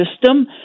system